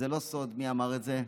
אז זה לא סוד מי אמר את זה.